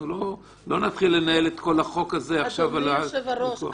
לא נתחיל לנהל את כל החוק הזה עכשיו --- אדוני יושב הראש,